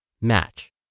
Match